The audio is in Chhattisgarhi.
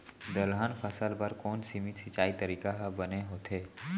दलहन फसल बर कोन सीमित सिंचाई तरीका ह बने होथे?